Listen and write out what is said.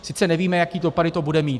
Sice nevíme, jaké dopady to bude mít...